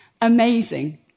amazing